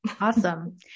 Awesome